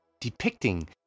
depicting